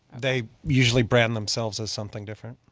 they usually brand themselves as something different.